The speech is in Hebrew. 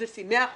זה שימח אותי,